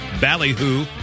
Ballyhoo